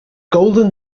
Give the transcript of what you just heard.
golden